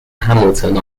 hamilton